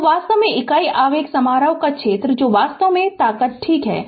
तो वास्तव में इकाई आवेग समारोह का क्षेत्र जो वास्तव में ताकत ठीक है